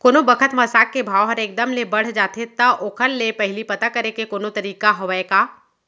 कोनो बखत म साग के भाव ह एक दम ले बढ़ जाथे त ओखर ले पहिली पता करे के कोनो तरीका हवय का?